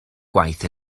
gwaith